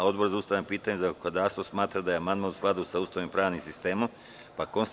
Odbor za ustavna pitanja i zakonodavstvo smatra da je amandman u skladu sa Ustavom i pravnim sistemom Republike Srbije.